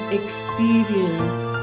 experience